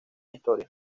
historia